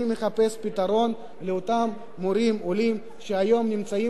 אני מחפש פתרון לאותם מורים עולים שהיום נמצאים